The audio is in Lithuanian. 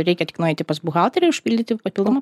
reikia tik nueiti pas buhalterę užpildyti papildomą